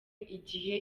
igihe